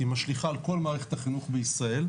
היא משליכה על כל מערכת החינוך בישראל,